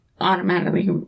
automatically